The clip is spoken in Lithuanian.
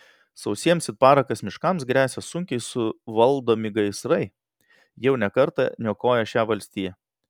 sausiems it parakas miškams gresia sunkiai suvaldomi gaisrai jau ne kartą niokoję šią valstiją